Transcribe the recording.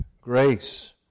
grace